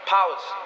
Powers